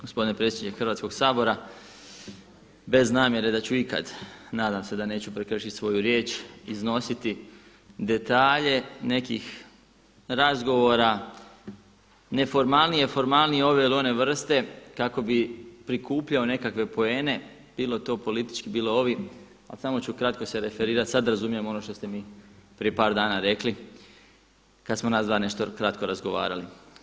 Gospodine predsjedniče Hrvatskoga sabora, bez namjere da ću ikad, nadam se da neću prekršiti svoju riječ iznositi detalje nekih razgovora, neformalnije, formalnije, ove ili one vrste kako bi prikupljao nekakve poene bilo to politički, bilo ovi, ali samo ću kratko se referirati, sada razumijem ono što ste mi prije par dana rekli kada smo nas dva nešto kratko razgovarali.